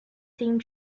seemed